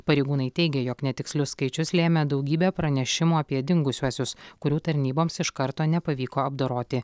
pareigūnai teigė jog netikslius skaičius lėmė daugybė pranešimų apie dingusiuosius kurių tarnyboms iš karto nepavyko apdoroti